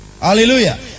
Hallelujah